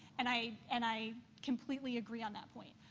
and i and i completely agree on that point.